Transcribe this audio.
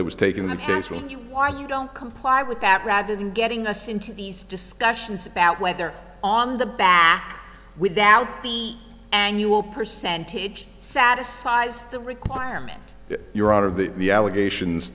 there was taking the piss when you why you don't comply with that rather than getting us into these discussions about whether on the back without the annual percentage satisfies the requirement that you're out of the the allegations